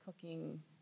cooking